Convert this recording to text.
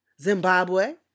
Zimbabwe